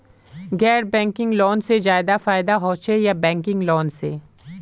गैर banking loan से ज्यादा फायदा होचे या बैंकिंग लोन से?